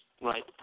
Right